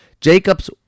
Jacobs